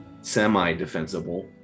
semi-defensible